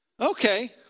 Okay